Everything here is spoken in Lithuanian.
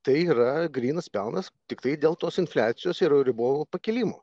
tai yra grynas pelnas tiktai dėl tos infliacijos ir euriboro pakėlimo